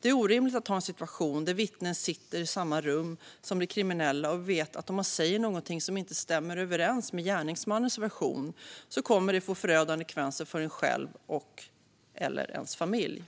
Det är orimligt att ha en situation där vittnen sitter i samma rum som de kriminella och vet att om de säger någonting som inte stämmer överens med gärningsmannens version kommer det att få förödande konsekvenser för en själv eller ens familj.